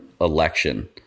election